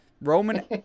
Roman